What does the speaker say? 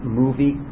movie